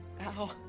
Ow